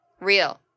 Real